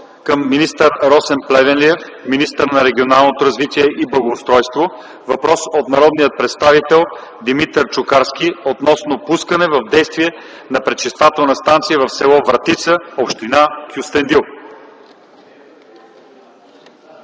към Росен Плевнелиев - министър на регионалното развитие и благоустройството, от народния представител Димитър Чукарски относно пускане в действие на пречиствателна станция в с. Вратца, община Кюстендил.